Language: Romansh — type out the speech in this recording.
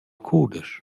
cudesch